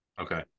okay